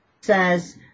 says